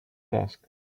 task